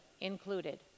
included